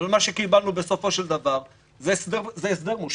אבל מה שקיבלנו בסופו של דבר זה הסדר מושחת.